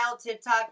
TikTok